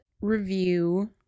review